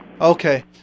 Okay